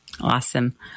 Awesome